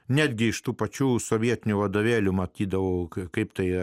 netgi iš tų pačių sovietinių vadovėlių matydavau kaip tai